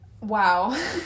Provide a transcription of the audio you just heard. Wow